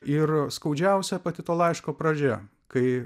ir skaudžiausia pati to laiško pradžia kai